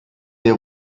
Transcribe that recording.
der